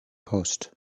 post